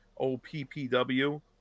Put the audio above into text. OPPW